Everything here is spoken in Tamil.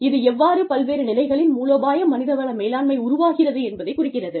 இது எவ்வாறு பல்வேறு நிலைகளில் மூலோபாய மனித வள மேலாண்மை உருவாகிறது என்பதைக் குறிக்கிறது